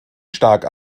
stark